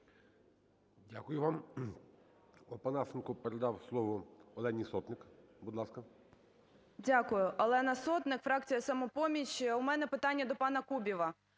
Дякую. Олена Сотник, фракція "Самопоміч". У мене питання до пана Кубіва.